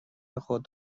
خود